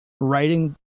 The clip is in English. writing